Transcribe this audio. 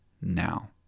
now